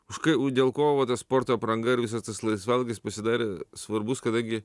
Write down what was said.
už ką dėl ko va ta sporto apranga ir visas tas laisvalaikis pasidarė svarbus kadangi